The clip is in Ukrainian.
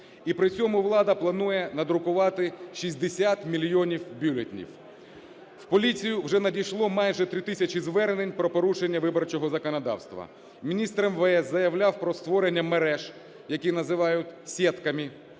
І при цьому влада планує надрукувати 60 мільйонів бюлетенів. У поліцію вже надійшло майже три тисячі звернень про порушення виборчого законодавства. Міністр МВС заявляв про створення мереж, які називають "сєтками",